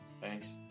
thanks